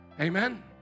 Amen